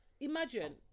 Imagine